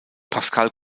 pascal